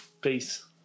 Peace